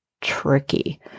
tricky